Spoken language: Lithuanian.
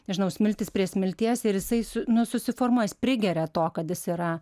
nežinau smiltis prie smilties ir jisai nu susiformuoja jis prigeria to kad jis yra